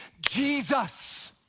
Jesus